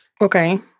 Okay